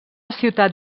ciutat